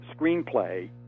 screenplay